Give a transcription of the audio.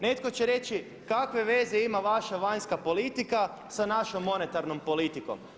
Netko će reći kakve veze ima vaša vanjska politika sa našom monetarnom politikom.